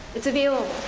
it's available.